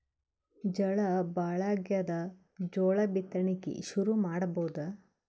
ಝಳಾ ಭಾಳಾಗ್ಯಾದ, ಜೋಳ ಬಿತ್ತಣಿಕಿ ಶುರು ಮಾಡಬೋದ?